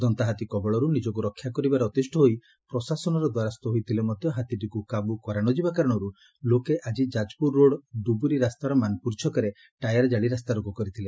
ଦନ୍ତାହାତୀ କବଳରୁ ନିଜକୁ ରକ୍ଷା କରିବାରେ ଅତିଷ୍ ହୋଇ ପ୍ରଶାସନର ଦ୍ୱାରସ୍ ହୋଇଥିଲେ ମଧ ହାତୀଟିକୁ କାବୁ କରା ନ ଯିବା କାରଣରୁ ଲୋକେ ଆକି ଯାଜପୁର ରୋଡ ଡୁବୁରି ରାସ୍ତାର ମାନପୁର ଛକରେ ଟାୟାର କାଳି ରାସ୍ତାରୋକ କରିଥିଲେ